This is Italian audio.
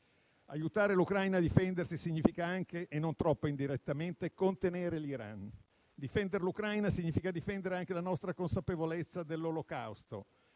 Aiutare l'Ucraina a difendersi significa anche - e non troppo indirettamente - contenere l'Iran. Difendere l'Ucraina significa difendere anche la nostra consapevolezza dell'Olocausto